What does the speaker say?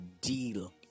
deal